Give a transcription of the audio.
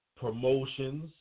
promotions